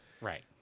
Right